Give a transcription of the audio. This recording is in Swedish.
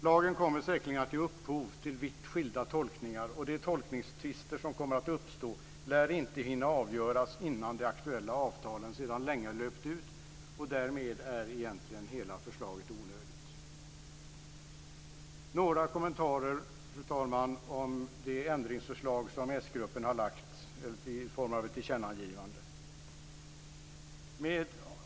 Lagen kommer säkerligen att ge upphov till vitt skilda tolkningar, och de tolkningstvister som kommer att uppstå lär inte hinna avgöras innan de aktuella avtalen sedan länge har löpt ut. Därmed är egentligen hela förslaget onödigt. Fru talman! Jag har några kommentarer om det ändringsförslag som s-gruppen har lagt i form av ett tillkännagivande.